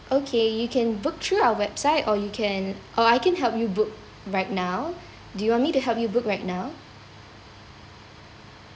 okay you can book through our website or you can or I can help you book right now do you want me to help you book right now